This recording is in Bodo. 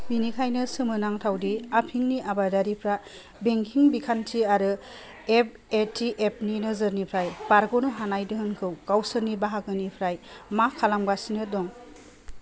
बिनिखायनो सोमोनांथाव दि आफिंनि आबादारिफ्रा बेंकिं बिखान्थि आरो एफ ए टी एफनि नोजोरनिफ्राय बारग'नो हानाय दोहोनखौ गावसोरनि बाहागोनिफ्राय मा खालामगासिनो दं